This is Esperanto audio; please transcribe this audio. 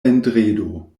vendredo